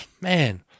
Man